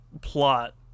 plot